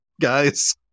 guys